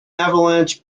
avalanche